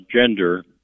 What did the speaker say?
gender